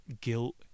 guilt